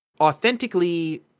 authentically